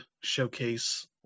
showcase